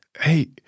hey